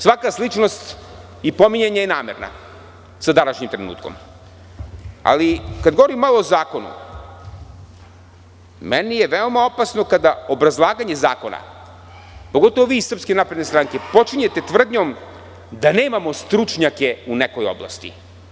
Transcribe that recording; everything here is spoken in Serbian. Svaka sličnost i pominjanje je namerna sa današnjim trenutkom, ali kada govorim malo o zakonu, meni je veoma opasno kada obrazlaganje zakona, pogotovo vi iz Srpske napredne stranke, počinjete tvrdnjom da nemamo stručnjake u nekoj oblasti.